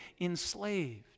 enslaved